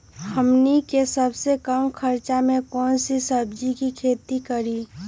हमनी के सबसे कम खर्च में कौन से सब्जी के खेती करी?